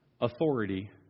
authority